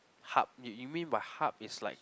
hub you you mean by hub is like